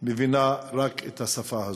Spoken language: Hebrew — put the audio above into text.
מבינה רק את השפה הזאת.